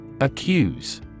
accuse